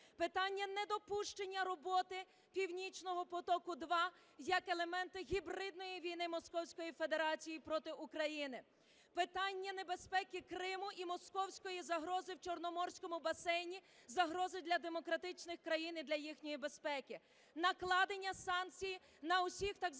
питання недопущення роботи "Північного потоку-2" як елемента гібридної війни московської федерації проти України; питання небезпеки Криму і московської загрози в Чорноморському басейні, загрози для демократичних країн і для їхньої безпеки; накладення санкцій на усіх так званих